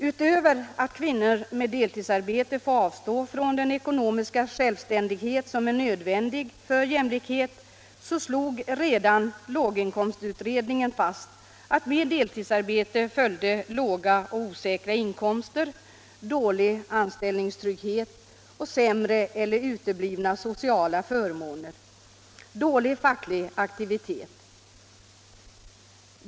Utöver att kvinnor med deltidsarbete får avstå från den ekonomiska självständighet som är nödvändig för jämlikhet slog redan låginkomstutredningen fast att med deltidsarbete följde låga och osäkra inkomster, dålig anställningstrygghet, sämre eller uteblivna sociala förmåner och dålig facklig aktivitet.